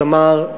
תמר,